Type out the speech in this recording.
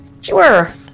Sure